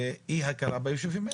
זה אי הכרה ביישובים האלה.